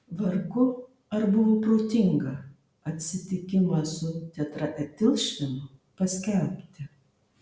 vargu ar buvo protinga atsitikimą su tetraetilšvinu paskelbti